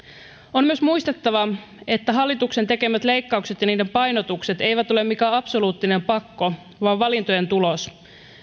on myös muistettava että hallituksen tekemät leikkaukset ja niiden painotukset eivät ole mikään absoluuttinen pakko vaan valintojen tulos